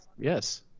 Yes